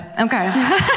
Okay